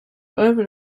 over